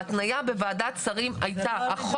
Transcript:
ההתניה בוועדת שרים הייתה.